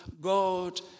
God